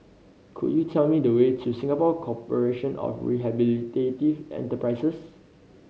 could you tell me the way to Singapore Corporation of Rehabilitative Enterprises